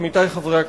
עמיתי חברי הכנסת,